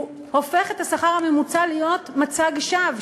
זה הופך את השכר הממוצע להיות מצג שווא,